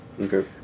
Okay